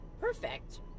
perfect